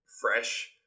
fresh